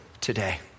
today